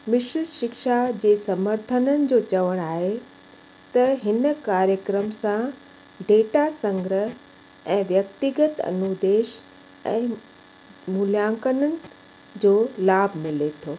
मिश्रित शिक्षा जे समर्थननि जो चवण आहे त हिन कार्यक्रम सां डेटा संग्रह ऐं व्यक्तिगत अनुदेश ऐं मूल्यांकननि जो लाभु मिले थो